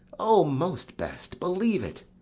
o most best, believe it.